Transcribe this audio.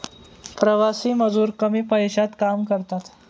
प्रवासी मजूर कमी पैशात काम करतात